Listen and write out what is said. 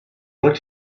looked